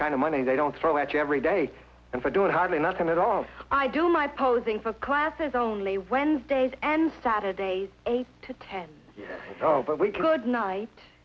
kind of money they don't throw at you every day and for doing hardly nothing at all i do my posing for classes only wednesdays and saturdays eight to ten oh but we c